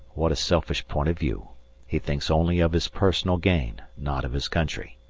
what a selfish point of view he thinks only of his personal gain, not of his country.